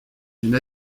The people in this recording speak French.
d’une